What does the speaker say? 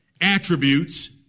attributes